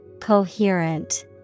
Coherent